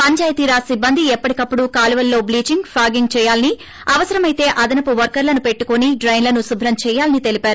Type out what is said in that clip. పందాయితీ రాజ్ సిబ్బంది ఎప్పటికప్పుడు కాలువలలో బ్లీచింగ్ ఫాగింగ్ చేయాలని అవసరమైతే అదనపు వర్కర్లను పెట్టుకొని డ్రెనులను శుభ్రం చేయాలని తెలిపారు